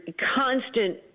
constant